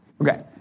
Okay